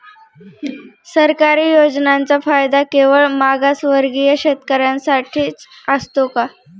सरकारी योजनांचा फायदा केवळ मागासवर्गीय शेतकऱ्यांसाठीच असतो का?